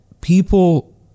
people